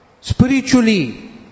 spiritually